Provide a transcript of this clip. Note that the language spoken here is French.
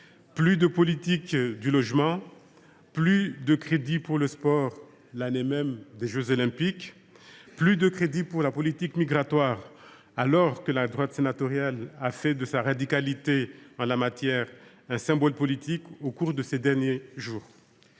plus de politique du logement ; plus de crédits pour le sport l’année même des jeux Olympiques et Paralympiques ; plus de crédits pour la politique migratoire, alors que la droite sénatoriale a fait de sa radicalité en la matière un symbole politique au cours des derniers jours.